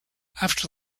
after